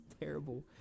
terrible